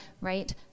right